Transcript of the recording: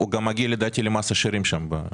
הוא גם מגיע לדעתי למס השארים שם.